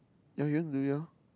yea you went to do it ah